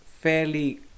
fairly